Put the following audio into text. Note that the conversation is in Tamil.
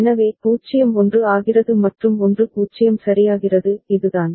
எனவே 0 1 ஆகிறது மற்றும் 1 0 சரியாகிறது இதுதான்